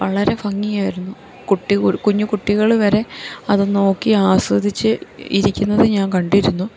വളരെ ഭംഗിയായിരുന്നു കുട്ടി കുഞ്ഞു കുട്ടികള് വരെ അത് നോക്കി ആസ്വദിച്ച് ഇരിക്കുന്നത് ഞാൻ കണ്ടിരുന്നു